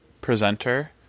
presenter